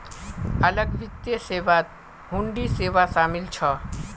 अलग वित्त सेवात हुंडी सेवा शामिल छ